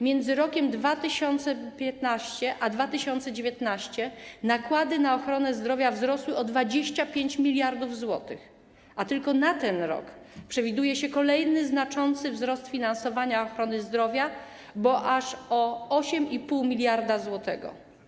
Między rokiem 2015 a 2019 nakłady na ochronę zdrowia wzrosły o 25 mld zł, a tylko na ten rok przewiduje się kolejny znaczący wzrost finansowania ochrony zdrowia, bo aż o 8,5 mld zł.